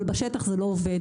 אבל בשטח זה לא עובד.